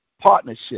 partnership